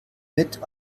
mit